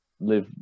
live